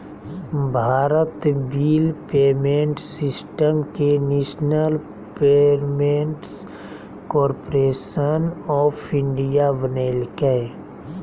Bharat Bill Payment System के National Payments Corporation of India बनैल्कैय